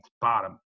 bottom